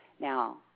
Now